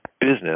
business